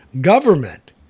government